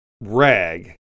rag